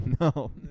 no